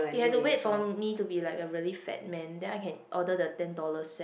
you have to wait for me to be like a really fat man then I can order the ten dollar set